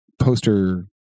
poster